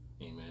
Amen